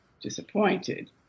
disappointed